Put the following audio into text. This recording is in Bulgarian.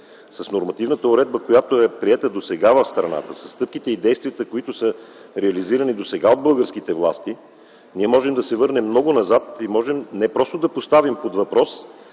с нормативната уредба, която е приета досега в страната, със стъпките и действията, които са реализирани досега от българските власти, ние можем да се върнем много назад и можем не просто да поставим под въпрос,